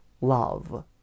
love